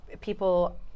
people